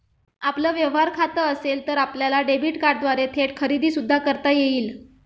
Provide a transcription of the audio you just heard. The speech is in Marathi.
आपलं व्यवहार खातं असेल तर आपल्याला डेबिट कार्डद्वारे थेट खरेदी सुद्धा करता येईल